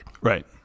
Right